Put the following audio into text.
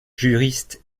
juriste